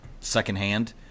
secondhand